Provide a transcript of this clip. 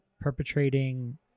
perpetrating